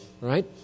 right